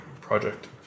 project